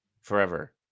forever